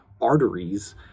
arteries